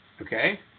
Okay